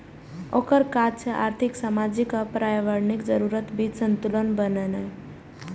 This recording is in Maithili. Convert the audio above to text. ओकर काज छै आर्थिक, सामाजिक आ पर्यावरणीय जरूरतक बीच संतुलन बनेनाय